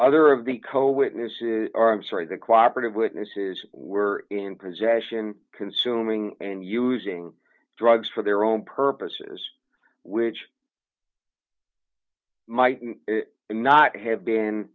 other of the co witnesses are i'm sorry the cooperated witnesses were in possession consuming and using drugs for their own purposes which might not have been